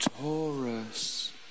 Taurus